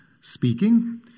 speaking